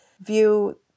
view